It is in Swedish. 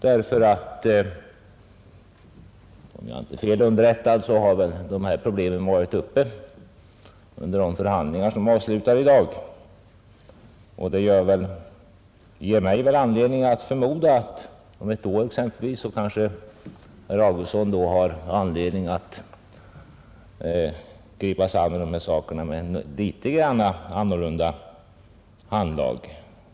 Om jag inte är fel underrättad har dessa problem varit uppe under de förhandlingar som avslutas i dag, och det ger mig anledning förmoda att herr Augustsson om ett år exempelvis kanske har orsak att gripa sig an med dessa problem med litet annat handlag.